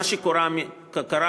מה שקרה מאז,